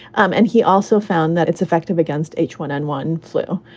um and he also found that it's effective against h one n one flu.